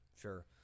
Sure